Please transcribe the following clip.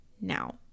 now